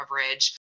coverage